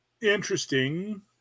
interesting